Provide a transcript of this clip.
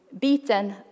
beaten